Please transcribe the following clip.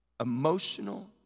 emotional